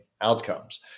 outcomes